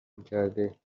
میکرده